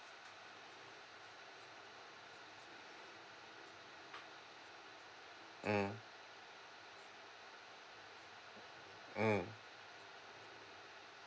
mm mm